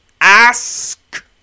ask